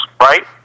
right